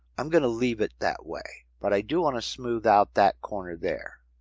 i'm going to leave it that way. but i do want to smooth out that corner there.